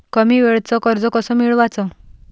कमी वेळचं कर्ज कस मिळवाचं?